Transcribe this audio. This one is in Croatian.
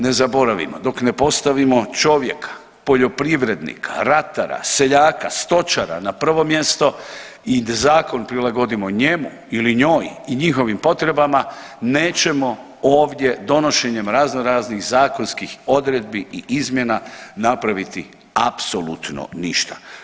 Ne zaboravimo, dok ne postavimo čovjeka, poljoprivrednika, ratara, seljaka, stočara na prvo mjesto i da zakon prilagodimo njemu ili njoj i njihovim potrebama nećemo ovdje donošenjem raznoraznih zakonskih odredbi i izmjena napraviti apsolutno ništa.